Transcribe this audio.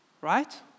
Right